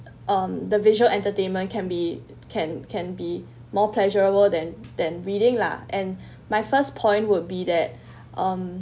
um the visual entertainment can be can can be more pleasurable than than reading lah and my first point would be that um